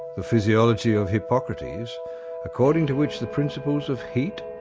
the physiology of hippocrates according to which the principles of heat,